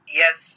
yes